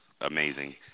amazing